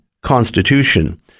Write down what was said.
constitution